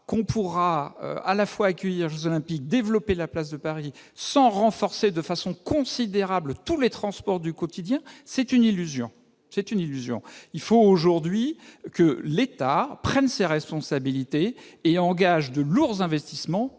qu'on pourra à la fois accueillir olympique développer la place de Paris sans renforcer de façon considérable, tous les transports du quotidien, c'est une illusion, c'est une illusion, il faut aujourd'hui que l'État prenne ses responsabilités et engage de lourds investissements,